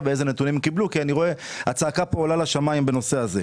ואיזה נתונים הם קיבלו כי הצעקה פה עולה לשמיים בנושא הזה.